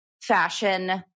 fashion